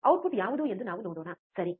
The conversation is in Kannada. ಔಟ್ಪುಟ್ ಯಾವುದು ಎಂದು ನಾವು ನೋಡೋಣ ಸರಿ